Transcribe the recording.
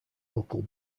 local